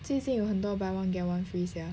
最近有很多 buy one get one free sia